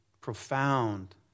profound